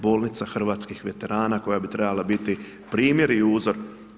Bolnica hrvatskih veterana koja bi trebala biti primjer i uzor.